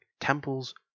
temples